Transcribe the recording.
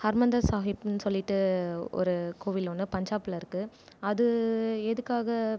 ஹர்மந்த சாஹிப்னு சொல்லிவிட்டு ஒரு கோவில் ஒன்று பஞ்சாப்பில் இருக்கு அது எதற்காக